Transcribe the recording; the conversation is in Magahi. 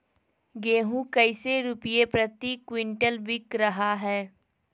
गेंहू कैसे रुपए प्रति क्विंटल बिक रहा है?